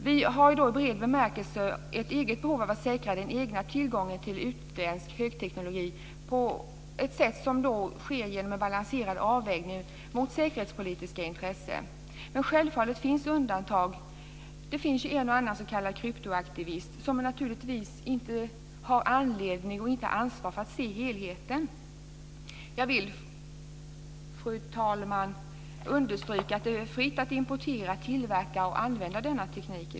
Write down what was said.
Vi har i bred bemärkelse ett behov av att säkra den egna tillgången till utländsk högteknologi på ett sätt som innebär en balanserad avvägning gentemot säkerhetspolitiska intressen. Men självfallet finns undantag. Det finns ju en och annan s.k. kryptoaktivist som naturligtvis inte har någon anledning, och inte heller något ansvar för, att se helheten. Jag vill, fru talman, understryka att det är fritt att importera och tillverka och använda denna teknik.